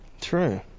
True